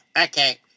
okay